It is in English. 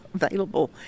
available